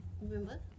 Remember